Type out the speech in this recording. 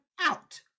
out